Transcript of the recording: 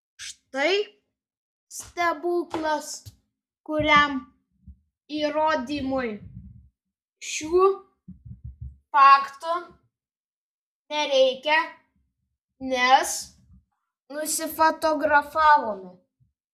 štai stebuklas kuriam įrodymui šių faktų nereikia nes nusifotografavome